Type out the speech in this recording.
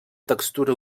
textura